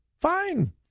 fine